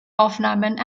aufnahmen